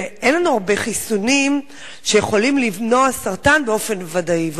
ואין לנו הרבה חיסונים שיכולים למנוע סרטן באופן ודאי.